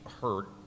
hurt